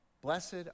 Blessed